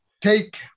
take